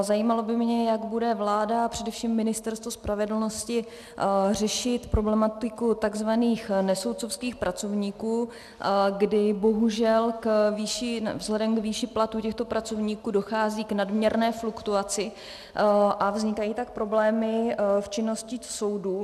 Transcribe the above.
Zajímalo by mě, jak bude vláda a především Ministerstvo spravedlnosti řešit problematiku tzv. nesoudcovských pracovníků, kdy bohužel vzhledem k výši platů těchto pracovníků dochází k nadměrné fluktuaci a vznikají tak problémy v činnosti soudů.